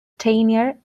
tenure